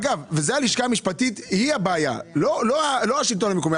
אגב, הלשכה המשפטית היא הבעיה ולא השלטון המקומי.